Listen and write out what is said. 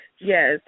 Yes